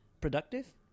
productive